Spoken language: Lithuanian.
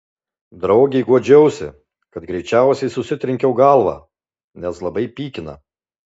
draugei guodžiausi kad greičiausiai susitrenkiau galvą nes labai pykina